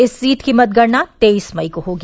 इस सीट की मतगणना तेईस मई को होगी